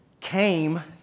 came